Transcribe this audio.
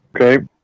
Okay